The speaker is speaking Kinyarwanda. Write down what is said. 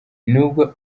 nubwo